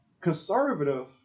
Conservative